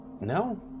No